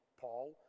Paul